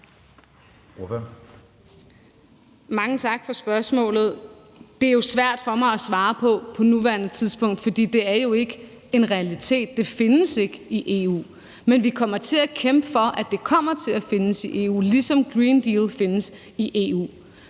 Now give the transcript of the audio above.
Mange tak for spørgsmålet. Det er jo svært for mig at svare på på nuværende tidspunkt, for det er jo ikke en realitet, det findes ikke i EU. Men vi kommer til at kæmpe for, at det kommer til at findes i EU, ligesom Green Deal findes i EU.